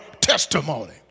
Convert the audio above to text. testimony